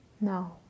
No